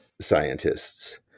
scientists